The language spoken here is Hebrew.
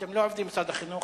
אתם לא עובדי משרד החינוך.